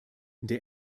der